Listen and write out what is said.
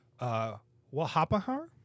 Wahapahar